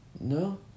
no